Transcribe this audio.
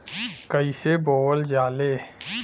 कईसे बोवल जाले?